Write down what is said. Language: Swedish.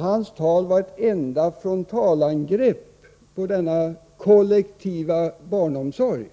Hans tal var ett enda frontalangrepp på denna kollektiva barnomsorg.